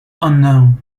unknown